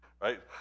right